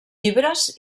llibres